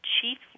Chief